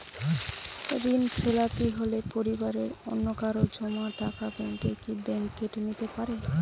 ঋণখেলাপি হলে পরিবারের অন্যকারো জমা টাকা ব্যাঙ্ক কি ব্যাঙ্ক কেটে নিতে পারে?